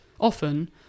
Often